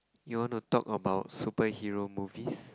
you want to talk about superhero movies